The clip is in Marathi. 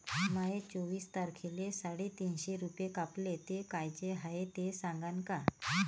माये चोवीस तारखेले साडेतीनशे रूपे कापले, ते कायचे हाय ते सांगान का?